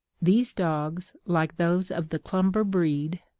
these dogs, like those of the clumber breed,